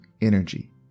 energy